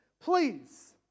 Please